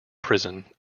prison